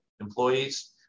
employees